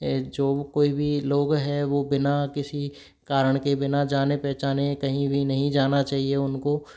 जो कोई कोई भी लोग है वह बिना किसी कारण के बिना जाने पहचाने कहीं भी नहीं जाना चाहिए उनको